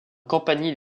campanile